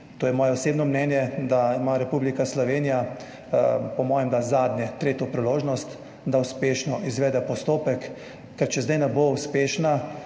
to je moje osebno mnenje, da ima Republika Slovenija zadnjo, tretjo priložnost, da uspešno izvede postopek, ker če zdaj ne bo uspešna,